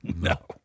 no